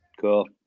Cool